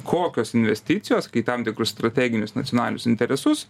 kokios investicijos kai tam tikrus strateginius nacionalinius interesus